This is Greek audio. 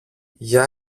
για